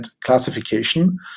classification